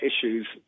issues